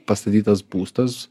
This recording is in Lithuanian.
pastatytas būstas